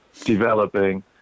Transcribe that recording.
developing